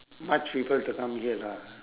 much people to come here lah